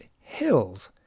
hills